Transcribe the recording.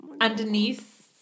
underneath